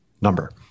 number